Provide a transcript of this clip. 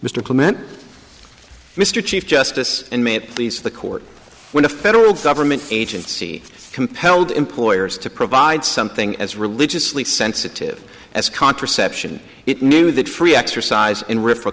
mr comment mr chief justice and may it please the court when a federal government agency compelled employers to provide something as religiously sensitive as contraception it knew that free exercise in refer